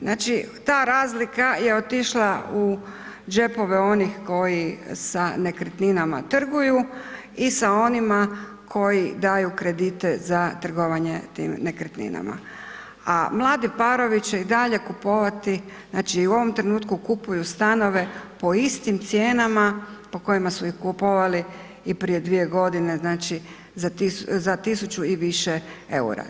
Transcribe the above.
Znači, ta razlika je otišla u džepove onih koji sa nekretninama trguju i sa onima koji daju kredite za trgovanje tim nekretninama, a mladi parovi će i dalje kupovati, znači u ovom trenutku kupuju stanove po istim cijenama po kojima su i kupovali i prije 2 godine, znači za 1.000 i više EUR-a.